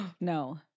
No